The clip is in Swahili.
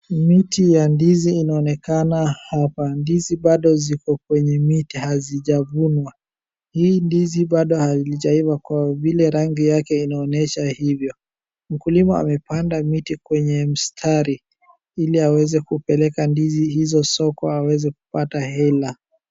Ni miti ya ndizi inaonekana hapa. Ndizi bado ziko kwenye miti hazijavunwa. Hii ndizi bado halijaiva kwa vile rangi yake inaonyesha hivyo. Mkulima amepanda miti kwenye mistari ili aweze kupeleka ndizi hizo soko aweze kupata hela.